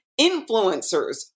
influencers